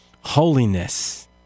Holiness